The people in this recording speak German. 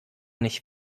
nicht